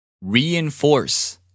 Reinforce